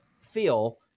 feel